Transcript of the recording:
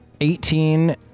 Eighteen